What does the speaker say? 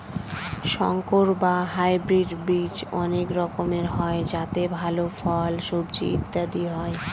সংকর বা হাইব্রিড বীজ অনেক রকমের হয় যাতে ভাল ফল, সবজি ইত্যাদি হয়